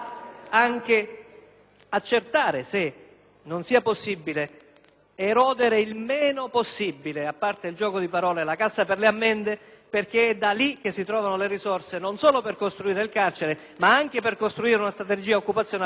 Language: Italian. ad accertare se non sia possibile erodere il meno possibile - a parte il gioco di parole - la cassa delle ammende, perché è da lì che si recuperano le risorse non solo per costruire il carcere, ma anche per costruire una strategia occupazionale per i reclusi.